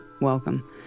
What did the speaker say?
Welcome